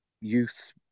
youth